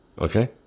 okay